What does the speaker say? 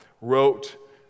wrote